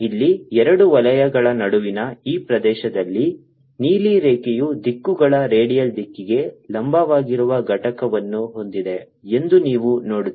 ಇಲ್ಲಿ ಎರಡು ವಲಯಗಳ ನಡುವಿನ ಈ ಪ್ರದೇಶದಲ್ಲಿ ನೀಲಿ ರೇಖೆಯು ದಿಕ್ಕುಗಳ ರೇಡಿಯಲ್ ದಿಕ್ಕಿಗೆ ಲಂಬವಾಗಿರುವ ಘಟಕವನ್ನು ಹೊಂದಿದೆ ಎಂದು ನೀವು ನೋಡುತ್ತೀರಿ